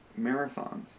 marathons